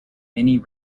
many